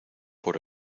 por